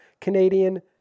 Canadian